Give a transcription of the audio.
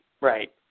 right